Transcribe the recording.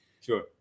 Sure